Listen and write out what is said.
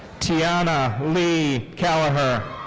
tianna lee kelleher.